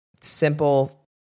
simple